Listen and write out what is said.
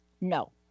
no